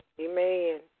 Amen